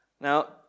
Now